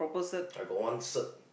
I go on cert